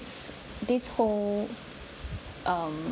this whole um